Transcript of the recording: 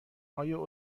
آیا